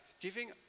Giving